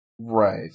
Right